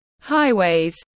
highways